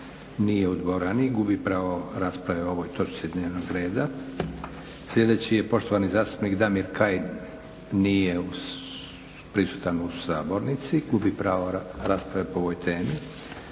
Nije u dvorani, gubi pravo rasprave o ovoj točki dnevnog reda. Sljedeći je poštovani zastupnik Damir Kajin. Nije prisutan u sabornici, gubi pravo rasprave po ovoj temi.